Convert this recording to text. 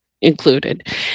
included